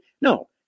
No